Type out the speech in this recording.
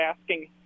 asking